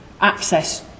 access